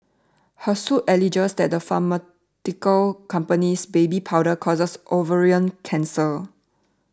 her suit alleges that the pharmaceutical company's baby powder causes ovarian cancer